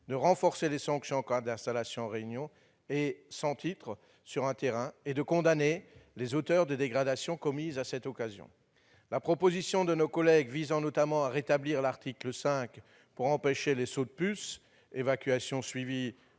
de renforcer les sanctions en cas d'installation en réunion et sans titre sur un terrain et de condamner les auteurs de dégradations commises à cette occasion. La proposition de nos collègues visant, notamment, à rétablir l'article 5 pour empêcher les « sauts de puce » -évacuations suivies